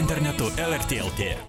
internetu lrt lt